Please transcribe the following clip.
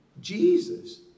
Jesus